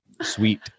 sweet